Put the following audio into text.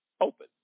open